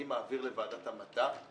אני מעביר לוועדת המדע,